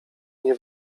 nie